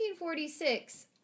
1946